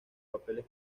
papeles